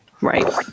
Right